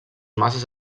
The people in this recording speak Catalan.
masses